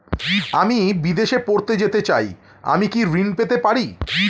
আমি বিদেশে পড়তে যেতে চাই আমি কি ঋণ পেতে পারি?